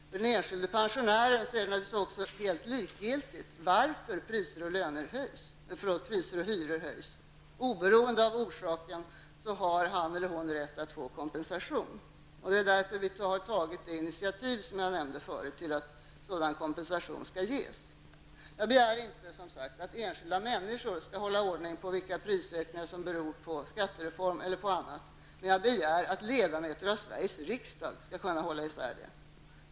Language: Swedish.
För den enskilde pensionären är det också likgiltigt varför priser och hyror höjs -- oberoende av orsaken har han eller hon rätt att få kompensation. Det är därför i folkpartiet liberalerna har tagit initiativ till att sådan kompensation skall ges. Jag begär inte att enskilda människor skall kunna hålla reda på vilka prishöjningar som beror skattereformen och vilka som beror på annat. Men jag begär att ledamöter av Sveriges riksdag skall kunna hålla isär detta.